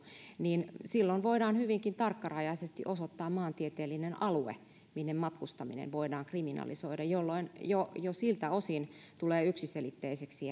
niin silloin voidaan hyvinkin tarkkarajaisesti osoittaa maantieteellinen alue minne matkustaminen voidaan kriminalisoida jolloin jo siltä osin tulee yksiselitteiseksi